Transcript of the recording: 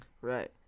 Right